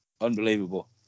Unbelievable